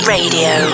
Radio